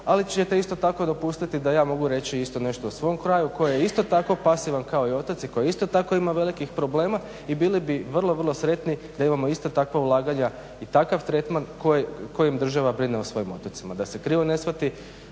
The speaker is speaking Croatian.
ali ćete isto tako dopustiti da ja mogu reći isto nešto o svom kraju koje je isto tako pasivan kao i otoci, koje isto tako ima velikih problema i bili bi vrlo, vrlo sretni da imamo isto takva ulaganja i takav tretmana kojim država brine o svojim otocima, da se krivo ne shvati,